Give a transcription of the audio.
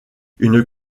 une